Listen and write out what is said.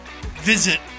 visit